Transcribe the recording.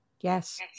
Yes